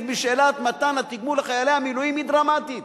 בשאלת מתן התגמול לחיילי המילואים היא דרמטית.